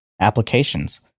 applications